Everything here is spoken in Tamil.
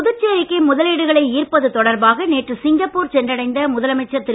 புதுச்சேரிக்கு முதலீடுகளை ஈர்ப்பது தொடர்பாக நேற்று சிங்கப்பூர் சென்றடைந்த முதலமைச்சர் திரு